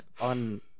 On